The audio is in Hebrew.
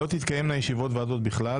לא תתקיימנה ישיבות ועדות בכלל,